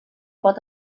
pot